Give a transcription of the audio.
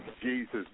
Jesus